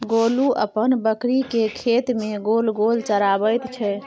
गोलू अपन बकरीकेँ खेत मे गोल गोल चराबैत छै